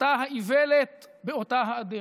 אותה האיוולת באותה האדרת.